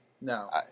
No